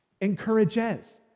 encourages